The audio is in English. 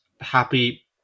happy